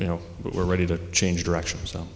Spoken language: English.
you know we're ready to change direction